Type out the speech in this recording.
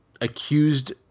accused